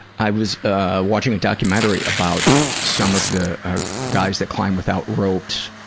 i was ah watching a documentary about some of the guys that climb without ropes,